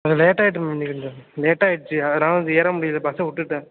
கொஞ்சம் லேட்டாகிட்டு மேம் இன்னைக்கி கொஞ்சம் லேட்டாயிருச்சு அதனால் வந்து ஏற முடியல பஸ்ஸை விட்டுட்டேன்